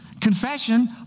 Confession